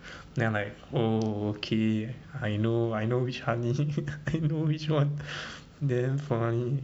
then I'm like oh okay I know I know which honey I know which [one] damn funny